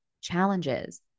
challenges